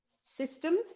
system